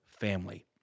family